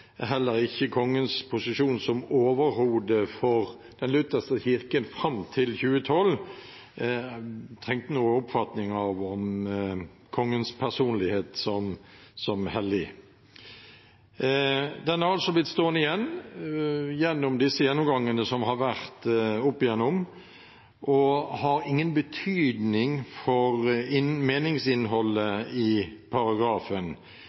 Heller ikke kongens posisjon som overhode for den lutherske kirken fram til 2012 trengte noen oppfatning av kongens personlighet som hellig. Den har altså blitt stående igjen gjennom disse gjennomgangene som har vært oppigjennom, og har ingen betydning for meningsinnholdet i paragrafen.